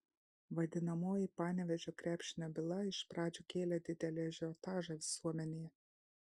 vadinamoji panevėžio krepšinio byla iš pradžių kėlė didelį ažiotažą visuomenėje